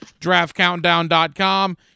DraftCountdown.com